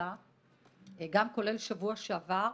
כולל בשבוע שעבר.